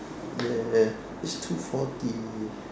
ya it's two forty